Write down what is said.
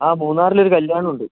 ആ മൂന്നാറിലൊരു കല്യാണമുണ്ട്